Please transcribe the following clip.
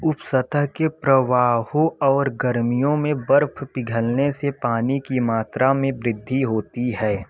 उप सतह के प्रवाहों और गर्मियों में बर्फ़ पिघलने से पानी की मात्रा में वृद्धि होती है